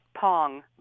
Pong